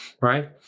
Right